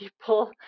people